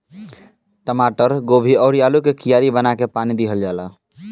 टमाटर, गोभी अउरी आलू के कियारी बना के पानी दिहल जाला